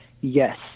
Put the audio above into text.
Yes